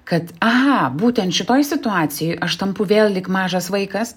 kad aha būtent šitoj situacijoj aš tampu vėl lyg mažas vaikas